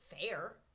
fair